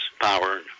power